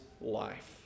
life